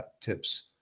tips